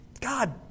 God